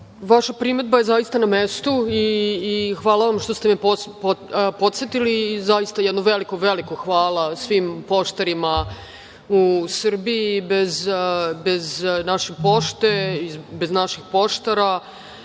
vam. Vaša primedba je zaista na mestu i hvala vam što ste me podsetili i zaista jedno veliko hvala svim poštarima u Srbiji, jer bez naše Pošte i bez naših poštara